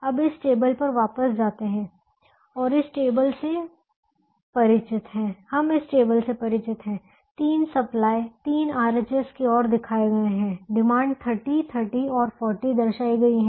अब हम इस टेबल पर वापस जाते हैं और हम इस टेबल से परिचित हैं तीन सप्लाई तीन RHS की ओर दिखाए गए हैं डिमांड 30 30 और 40 दर्शाई गई हैं